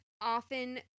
often